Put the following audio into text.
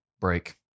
break